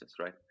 right